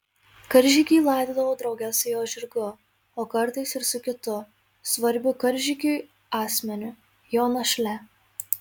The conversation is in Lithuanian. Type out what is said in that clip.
karžygį laidodavo drauge su jo žirgu o kartais ir su kitu svarbiu karžygiui asmeniu jo našle